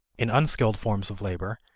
in unskilled forms of labor,